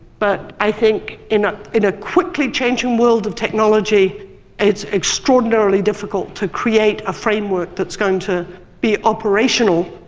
but i think in ah in a quickly changing world of technology it's extraordinarily difficult to create a framework that's going to be operational